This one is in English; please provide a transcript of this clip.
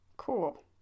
cool